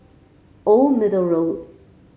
Old Middle Road